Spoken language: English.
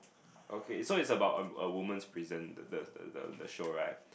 okay so it's about a a women's prison the the the the show right